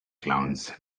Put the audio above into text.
clowns